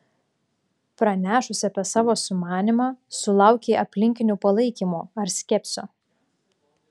pranešusi apie savo sumanymą sulaukei aplinkinių palaikymo ar skepsio